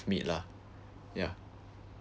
meat lah ya